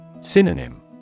Synonym